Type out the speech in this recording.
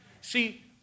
See